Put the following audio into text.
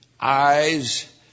eyes